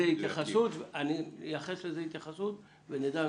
האם יש אפשרות להסיע את